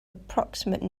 approximate